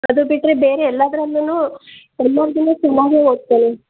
ಅದು ಬಿಟ್ಟರೆ ಬೇರೆ ಎಲ್ಲಾದ್ರಲ್ಲು ಎಲ್ಲಾದುನು ಚೆನ್ನಾಗೆ ಓದ್ತಾನೆ